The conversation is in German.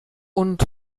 und